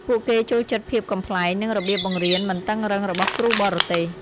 ពួកគេចូលចិត្តភាពកំប្លែង និងរបៀបបង្រៀនមិនតឹងរ៉ឹងរបស់គ្រូបរទេស។